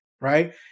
right